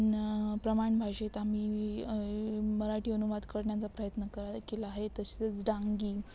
न प्रमाण भाषेत आम्ही मराठी अनुवाद करण्याचा प्रयत्न करा केला आहे तसेच डांगी